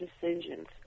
decisions